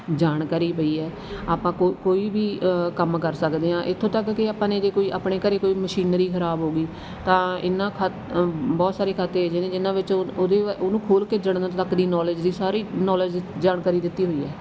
ਜਾਣਕਾਰੀ ਪਈ ਹੈ ਆਪਾਂ ਕੋ ਕੋਈ ਵੀ ਕੰਮ ਕਰ ਸਕਦੇ ਹਾਂ ਇੱਥੋਂ ਤੱਕ ਕੇ ਆਪਾਂ ਨੇ ਜੇ ਕੋਈ ਆਪਣੇ ਘਰ ਕੋਈ ਮਸ਼ੀਨਰੀ ਖਰਾਬ ਹੋ ਗਈ ਤਾਂ ਇਨ੍ਹਾਂ ਖਾਤ ਬਹੁਤ ਸਾਰੇ ਖਾਤੇ ਅਜਿਹੇ ਨੇ ਜਿਨ੍ਹਾਂ ਵਿੱਚੋਂ ਓ ਉਹਦੇ ਬ ਉਹਨੂੰ ਖੋਲ ਕੇ ਜੜਨ ਤੱਕ ਦੀ ਨੋਲੇਜ ਦੀ ਸਾਰੀ ਨੋਲੇਜ ਜਾਣਕਾਰੀ ਦਿੱਤੀ ਹੋਈ ਹੈ